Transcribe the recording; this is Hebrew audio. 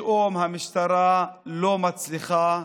פתאום המשטרה לא מצליחה,